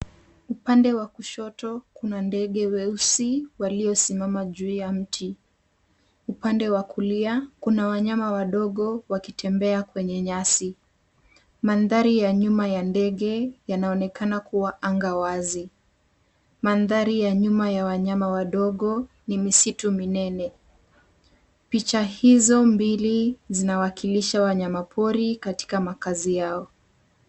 Upande wa kushoto kuna ndege weusi walio simama juu ya mti. Upande wa kulia kuna wanyama wadogo wakitembea kwenye nyasi. Mandhari ya nyuma ya ndege yanaonekana kuwa anga wazi. Mandhari ya nyuma ya wanyama wadogo ni misitu minene. Picha hizo mbili zina wakilisha wanyama pori katika makazi yao.